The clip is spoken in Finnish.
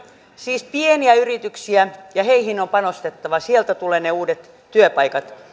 siis pieniä yrityksiä ja niihin on panostettava sieltä tulevat ne uudet työpaikat